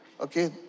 okay